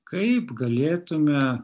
kaip galėtume